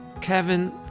Kevin